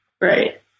Right